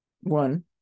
one